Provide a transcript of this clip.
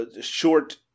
short